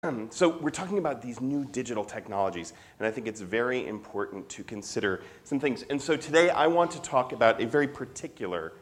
אנחנו מדברים על הטכנולוגיה הטבעית, ואני חושב שזה מאוד מיוחד להחליט על כמה דברים. אז היום אני רוצה לדבר על מיוחד מאוד...